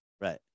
right